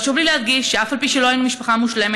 חשוב לי להדגיש שאף על פי שלא היינו משפחה מושלמת,